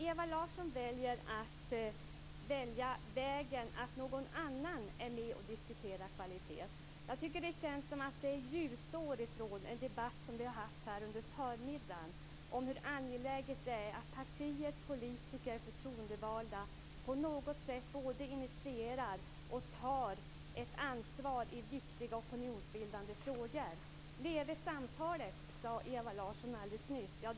Ewa Larsson väljer vägen att någon annan än vi diskuterar kvalitet. Jag tycker att det känns som ljusår ifrån den debatt som vi har fört under förmiddagen om hur angeläget det är att partier, politiker och förtroendevalda på något sätt både initierar och tar ett ansvar i viktiga opinionsbildande frågor. Leve samtalet! sade Ewa Larsson alldeles nyss.